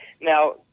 Now